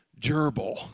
Gerbil